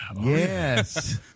Yes